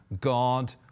God